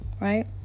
right